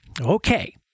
Okay